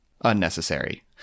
unnecessary